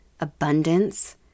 abundance